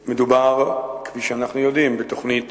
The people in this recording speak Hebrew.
כפי שאנחנו יודעים, מדובר בתוכנית